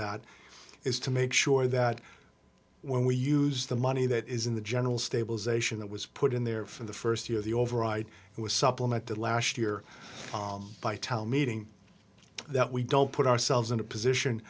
that is to make sure that when we use the money that is in the general stabilisation that was put in there for the st year the override was supplemented last year by tell meeting that we don't put ourselves in a position